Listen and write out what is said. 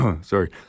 Sorry